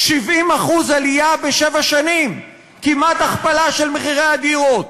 70% עלייה בשבע שנים, כמעט הכפלה של מחירי הדירות.